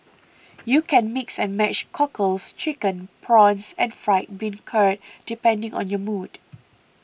you can mix and match cockles chicken prawns and fried bean curd depending on your mood